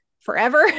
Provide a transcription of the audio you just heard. forever